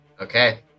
Okay